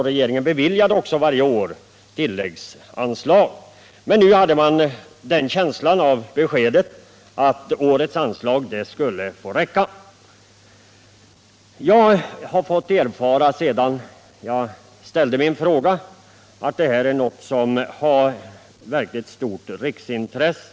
Regeringen hade också tidigare år beviljat tilläggsanslag, men nu hade man en känsla av att regeringen ansåg att årets anslag inte fick överskridas. Jag har sedan jag ställde min fråga fått erfara att detta är ett verkligt stort riksintresse.